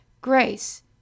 grace